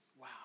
Wow